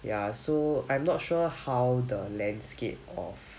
ya so I'm not sure how the landscape of